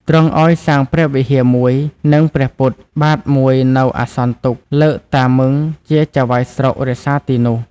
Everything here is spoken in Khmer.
ទ្រង់ឲ្យសាងព្រះវិហារមួយ និងព្រះពុទ្ធ បាទមួយនៅអាសន្នទុក្ខ លើកតាម៊ឹងជាចៅហ្វាយស្រុករក្សាទីនោះ។